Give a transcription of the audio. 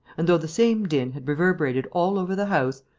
and, though the same din had reverberated all over the house,